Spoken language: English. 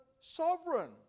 sovereign